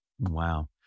Wow